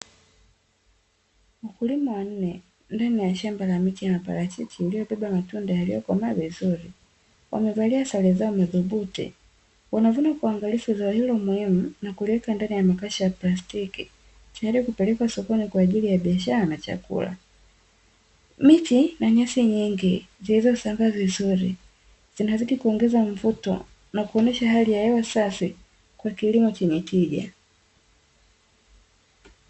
Wakulima wanne ndani ya shamba la miti ya parachichi iliyobeba matunda yaliyokomaa vuzuri, wamevalia sare zao madhubuti wanavuna kwa uangalifu zao hilo muhimu na kuliweka ndani ya makasha ya plastiki tayari kupeleka sokoni kwa ajili ya biashara na chakula. Miti na nyasi nyingi zilizosambaa vizuri zinazidi kuongeza mvuto na kuonyesha hali ya hewa safi kwa kilimo chenye tija.